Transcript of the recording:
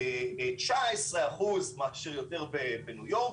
יש 19 אחוזים יותר מאשר בניו יורק,